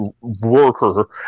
worker